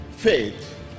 Faith